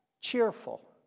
cheerful